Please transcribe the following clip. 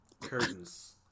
curtains